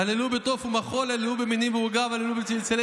הללוהו בתף ומחול הללוהו במנים ועוגב: הללוהו בצלצלי